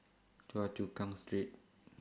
Choa Chu Kang Street